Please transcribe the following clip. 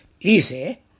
easy